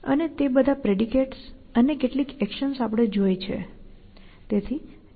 અને તે બધા પ્રેડિકેટ્સ અને કેટલીક એક્શન્સ આપણે જોઈ છે